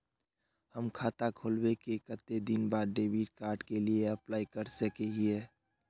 हम खाता खोलबे के कते दिन बाद डेबिड कार्ड के लिए अप्लाई कर सके हिये?